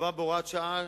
מדובר בהוראת שעה,